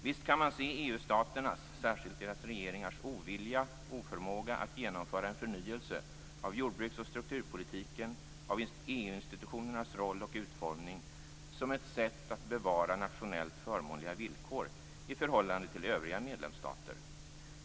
Visst kan man se EU-staternas, särskilt deras regeringarnas, ovilja och oförmåga att genomföra en förnyelse av jordbruks och strukturpolitiken och av EU-institutionernas roll och utformning som ett sätt att bevara nationellt förmånliga villkor i förhållande till övriga medlemsstater.